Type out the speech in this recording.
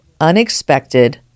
unexpected